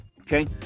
Okay